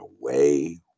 away